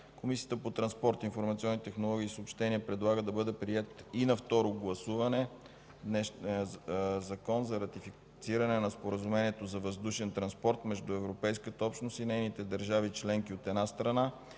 Комисията по транспорт, информационни технологии и съобщения предлага да бъде приет и на второ гласуване днешния Закон за ратифициране на Споразумението за въздушен транспорт между Европейската общност и нейните държави членки, от една страна,